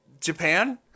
Japan